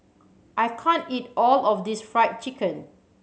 I can't eat all of this Fried Chicken